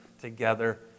together